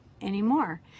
anymore